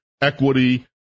Equity